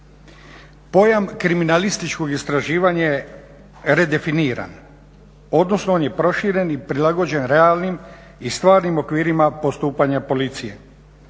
Pojam kriminalističko istraživanje je redefiniran, odnosno on je proširen i prilagođen realnim i stvarnim okvirima postupanja policije.